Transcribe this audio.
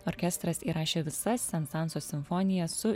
orkestras įrašė visas sensanso simfonijas su